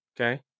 Okay